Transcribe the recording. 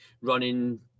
running